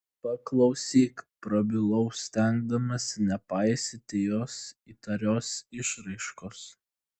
paklausyk prabilau stengdamasi nepaisyti jos įtarios išraiškos